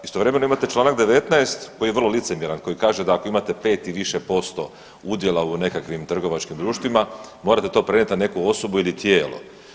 Istovremeno imate čl.19. koji je vrlo licemjeran koji kaže da ako imate 5 ili više % udjela u nekakvim trgovačkim društvima morate to prenijeti na nekakvu osobu ili tijelo.